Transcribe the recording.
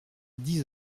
dix